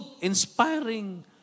inspiring